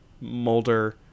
Mulder